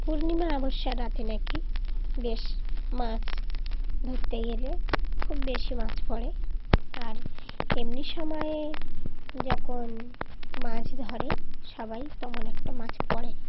পূর্ণিমা অমাবস্যার রাতে নাকি বেশ মাছ ধরতে গেলে খুব বেশি মাছ পড়ে আর এমনি সময়ে যখন মাছ ধরে সবাই তেমন একটা মাছ পড়ে না